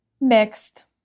Mixed